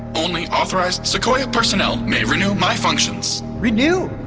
only authorized sequoia personnel may renew my functions renew!